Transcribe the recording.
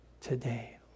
today